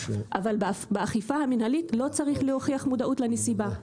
אבל באכיפה המנהלית לא צריך להוכיח מודעות לנסיבה.